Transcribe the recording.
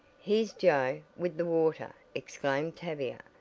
here's joe, with the water, exclaimed tavia,